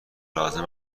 لازم